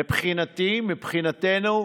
מבחינתי, מבחינתנו,